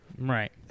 Right